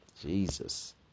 Jesus